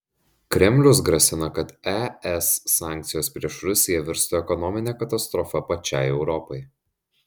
kremlius grasina kad es sankcijos prieš rusiją virstų ekonomine katastrofa pačiai europai